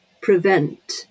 prevent